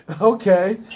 Okay